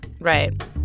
Right